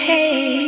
Hey